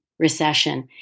Recession